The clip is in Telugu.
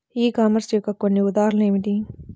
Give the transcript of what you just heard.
ఈ కామర్స్ యొక్క కొన్ని ఉదాహరణలు ఏమిటి?